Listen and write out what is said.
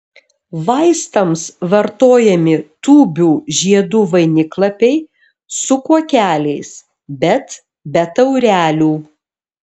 vaistams vartojami tūbių žiedų vainiklapiai su kuokeliais bet be taurelių